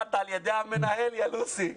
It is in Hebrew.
הוזכרת על ידי המנהל, יא לוסי.